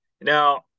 Now